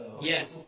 Yes